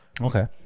Okay